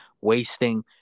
wasting